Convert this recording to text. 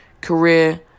career